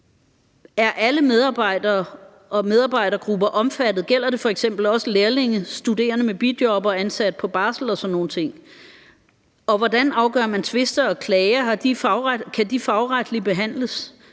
Er alle medarbejdere og medarbejdergrupper omfattet? Gælder det f.eks. også lærlinge, studerende med bijob og ansatte på barsel og sådan nogle ting? Og hvordan afgør man tvister og klager? Kan de fagretligt behandles?